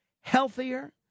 healthier